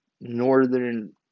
northern